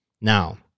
Now